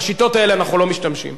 בשיטות האלה אנחנו לא משתמשים.